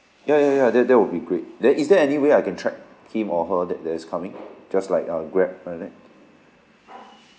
ya ya ya that that would be great then is there any way I can track him or her that that's coming just like uh grab like that